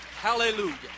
Hallelujah